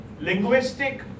linguistic